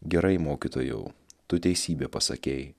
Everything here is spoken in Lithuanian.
gerai mokytojau tu teisybę pasakei